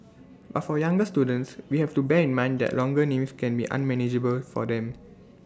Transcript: but for younger students we have to bear in mind that longer names can be unmanageable for them